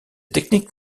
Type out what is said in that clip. techniques